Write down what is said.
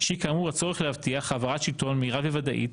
שהיא כאמור הצורך להבטיח העברת שלטון מהירה וודאית,